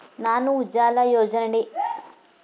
ನಾನು ಉಜಾಲ ಯೋಜನೆಯಡಿ ಎಷ್ಟು ಎಲ್.ಇ.ಡಿ ಬಲ್ಬ್ ಗಳನ್ನು ಬಳಸಬಹುದು?